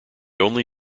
only